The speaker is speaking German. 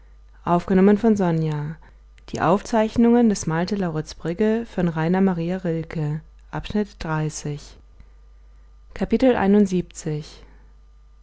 die aufzeichnungen des